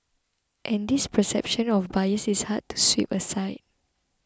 and this perception of bias is hard to sweep aside